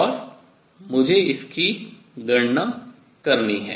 और मुझे इसकी गणना करनी है